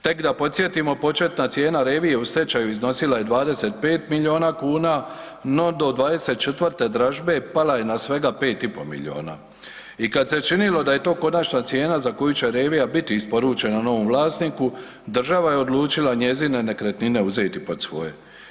Tek da podsjetimo, početna cijena Revije u stečaju iznosila je 25 milijuna kuna, no do 24. dražbe pala je na svega 5,5 milijuna i kad se činilo da je to konačna cijena za koju će Revija biti isporučena novom vlasniku, država je odlučila njezine nekretnine uzeti pod svoje.